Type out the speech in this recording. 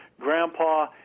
Grandpa